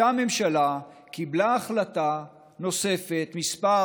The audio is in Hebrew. אותה ממשלה קיבלה החלטה נוספת, מס'